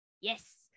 yes